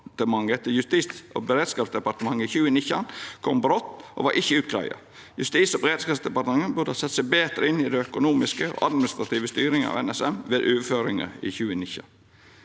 til Justis- og beredskapsdepartementet i 2019 kom brått og ikkje var greidd ut. Justis- og beredskapsdepartementet burde ha sett seg betre inn i den økonomiske og administrative styringa av NSM ved overføringa i 2019.